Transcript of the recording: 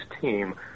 team